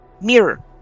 mirror